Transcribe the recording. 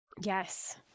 Yes